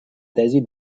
tesi